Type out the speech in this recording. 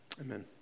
amen